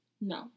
No